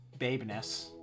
Babeness